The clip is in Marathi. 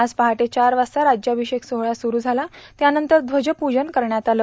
आज पहाटे चार वाजता राज्याभिषेक सोहळा सुरू माला त्यानंतर ध्वजपूजन करण्यात आलं